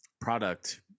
product